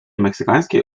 meksykańskie